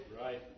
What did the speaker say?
right